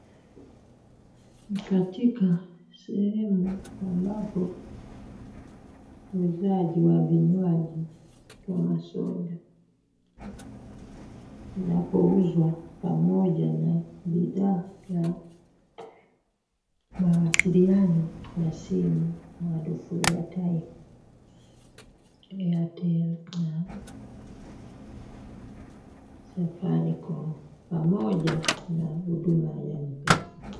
Ni katika sehemu ambapo muuzaji wa vinywaji kama soda vinavyouzwa pamoja na bidhaa ya mawasiliano ya simu maarufu airtime airtel na Safaricom pamoja na huduma ya Mpesa.